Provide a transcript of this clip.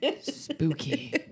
Spooky